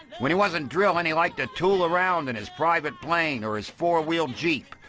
when he wasn't drilling, he liked to tool around in his private plane or his four-wheel jeep,